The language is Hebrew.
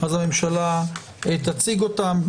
אז הממשלה תציג אותן.